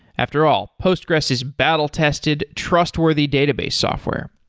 after all, postgressql is battle-tested, trustworthy database software